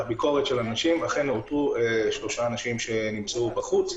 בביקורת של אנשים אכן אותרו שלושה אנשים שנמצאו בחוץ,